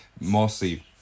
mostly